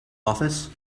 office